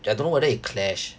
I don't know whether it clash